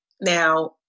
Now